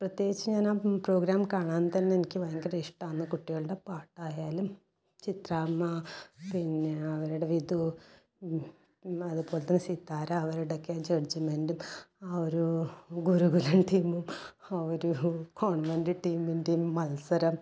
പ്രത്യേകിച്ച് ഞാൻ ആ പ്രോഗ്രാം കാണാൻ തന്നെ എനിക്ക് ഭയങ്കര ഇഷ്ടമാണ് കുട്ടികളുടെ പാട്ടായാലും ചിത്രാമ്മ പിന്നെ അവരുട വിധു അതുപോല സിത്താര അവരുടെയൊക്കെ ജഡ്ജ്മെന്റും അവർ ഗുരുകുലം ടീമും ഓരോ കോൺവെൻറ് ടീമിൻ്റെയും മത്സരം